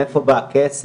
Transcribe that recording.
מאיפה בא הכסף,